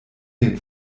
den